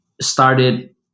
started